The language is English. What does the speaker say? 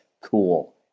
cool